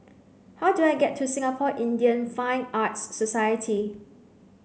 how do I get to Singapore Indian Fine Arts Society